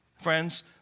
Friends